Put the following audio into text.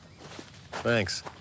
Thanks